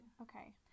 Okay